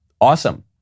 Awesome